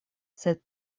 sed